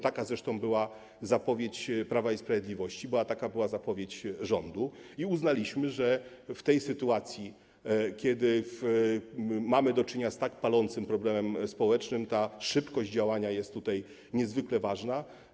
Taka zresztą była zapowiedź Prawa i Sprawiedliwości, taka była zapowiedź rządu i uznaliśmy, że w tej sytuacji, kiedy mamy do czynienia z tak palącym problemem społecznym, szybkość działania jest niezwykle ważna.